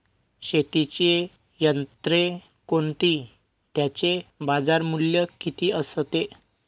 शेतीची यंत्रे कोणती? त्याचे बाजारमूल्य किती असते?